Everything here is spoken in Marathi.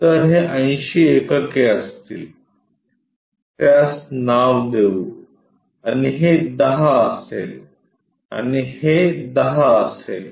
तर हे 80 एकके असतील त्यास नाव देऊ आणि हे 10 असेल आणि हे 10 असेल